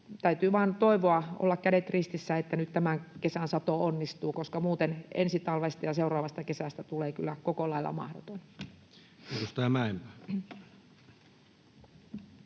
Täytyy vain toivoa, olla kädet ristissä, että nyt tämän kesän sato onnistuu, koska muuten ensi talvesta ja seuraavasta kesästä tulee kyllä koko lailla mahdoton.